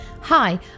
Hi